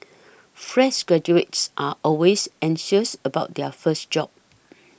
fresh graduates are always anxious about their first job